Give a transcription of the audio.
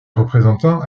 représentant